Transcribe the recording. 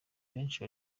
benshi